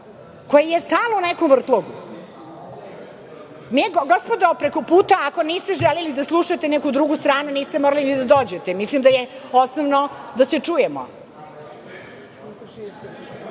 koja je stalno u nekom vrtlogu. Gospodo prekoputa, ako niste želeli da slušate neku drugu stranu niste morali ni da dođete. Mislim da je osnovno da se